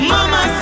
Mama